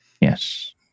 Yes